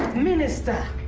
minister!